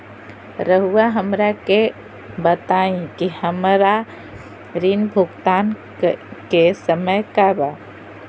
रहुआ हमरा के बताइं कि हमरा ऋण भुगतान के समय का बा?